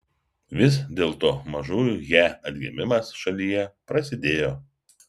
vis dėlto mažųjų he atgimimas šalyje prasidėjo